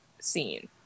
scene